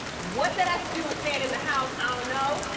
what that has to do with staying in the house, i don't know,